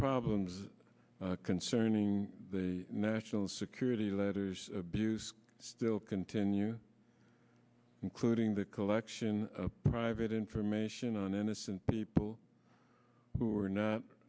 problems concerning the national security letters abuse still continue including the collection of private information on innocent people who are not